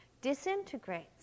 disintegrates